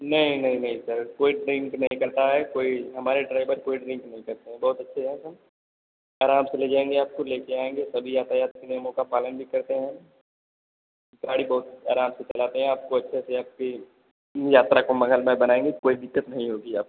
नहीं नहीं नहीं सर कोई ड्रिंक नहीं करता है कोई हमारे ड्राइवर कोई ड्रिंक नहीं करते हैं बहुत अच्छे हैं सब आराम से ले जाएँगे आपको ले कर आऍंगे सभी यातायात के नियमों का पालन भी करते हैं गाड़ी बहुत आराम से चलाते हैं आपको अच्छे से आपकी इन यात्रा को मंगलमय बनाएँगे कोई दिक्कत नहीं होगी आपको